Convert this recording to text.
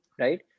right